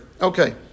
Okay